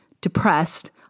Depressed